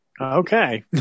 Okay